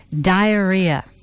diarrhea